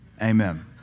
Amen